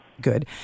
Good